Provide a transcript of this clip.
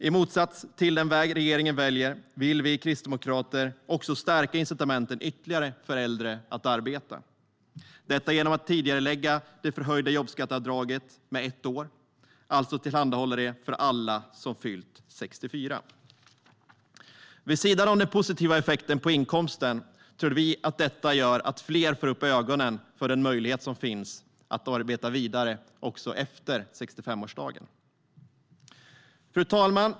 I motsats till den väg regeringen väljer vill vi kristdemokrater stärka incitamenten ytterligare för äldre att arbeta, detta genom att tidigarelägga det förhöjda jobbskatteavdraget med ett år, alltså tillhandahålla det för alla som fyllt 64 år. Vid sidan av den positiva effekten i fråga om inkomsten tror vi att detta gör att fler får upp ögonen för den möjlighet som finns att arbeta vidare också efter 65-årsdagen. Fru talman!